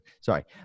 sorry